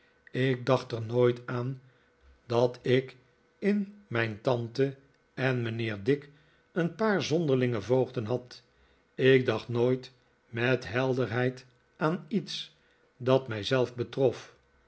ik dacht er nooit aan dat ik in mijn tante en mijnheer dick een paar zonderlinge voogden had ik dacht nooit met helderheid aan iets dat mij zelf betrof